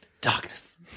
Darkness